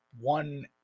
one